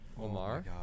Omar